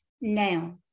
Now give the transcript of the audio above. now